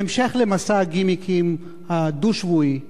בהמשך למסע הגימיקים הדו-שבועי,